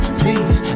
please